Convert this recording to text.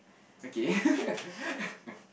okay